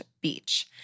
beach